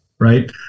right